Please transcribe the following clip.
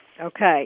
Okay